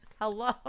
Hello